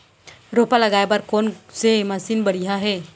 रोपा लगाए बर कोन से मशीन बढ़िया हे?